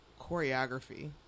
choreography